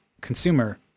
consumer